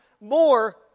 more